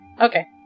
Okay